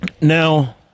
Now